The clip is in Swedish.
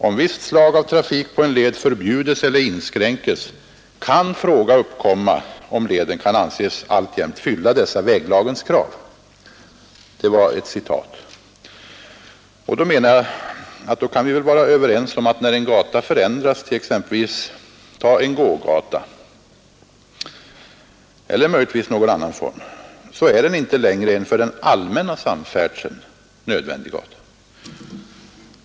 Om visst slag av trafik på en led förbjudes eller inskränkes kan frågan uppkomma om leden kan anses alltjämt fylla dessa väglagens krav.” Vi kan väl vara överens om, att när en gata förändras till exempelvis gågata, så är den inte längre en för den allmänna samfärdseln nödvändig gata.